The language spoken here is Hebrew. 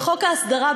וחוק ההסדרה,